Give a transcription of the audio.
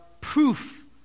proof